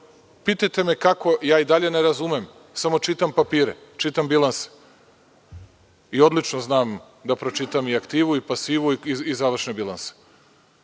Pitajte me kako, ja i dalje ne razumem samo čitam papire, čitam bilanse i odlično znam da pročitam i aktivu i pasivu i završne bilanse. To